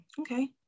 Okay